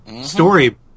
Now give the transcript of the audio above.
story